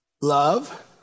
love